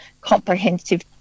comprehensive